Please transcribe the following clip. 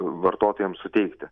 vartotojams suteikti